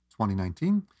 2019